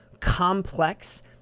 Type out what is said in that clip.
complex